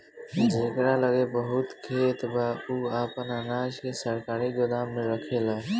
जेकरा लगे बहुत खेत बा उ आपन अनाज के सरकारी गोदाम में रखेला